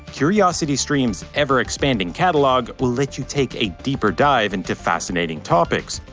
curiositystream's ever expanding catalog will let you take a deeper dive into fascinating topics.